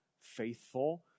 faithful